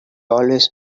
always